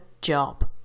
job